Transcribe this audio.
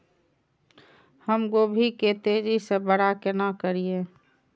हम गोभी के तेजी से बड़ा केना करिए?